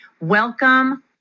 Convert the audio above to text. Welcome